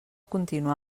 continuar